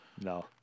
No